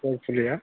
गय फुलिया